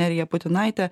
nerija putinaite